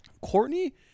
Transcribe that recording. Courtney